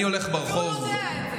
אני הולך ברחוב, הוא יודע את זה.